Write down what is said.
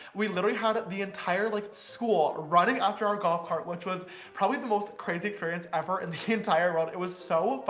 we literally had the entire like school running after our golf cart, which was probably the most crazy experience ever in the entire world, it was so fun.